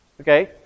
Okay